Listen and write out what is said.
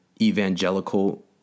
evangelical